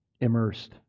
Immersed